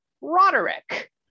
Roderick